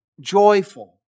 joyful